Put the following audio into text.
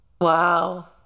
Wow